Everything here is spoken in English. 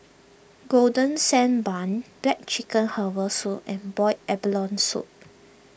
Golden Sand Bun Black Chicken Herbal Soup and Boiled Abalone Soup